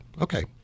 okay